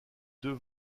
deux